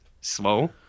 slow